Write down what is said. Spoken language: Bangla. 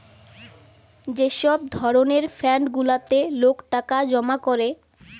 যে সব ধরণের ফান্ড গুলাতে লোক টাকা জমা করে